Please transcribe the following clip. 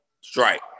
strike